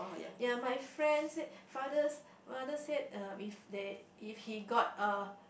ya my friend said father said mother said um if they if he got a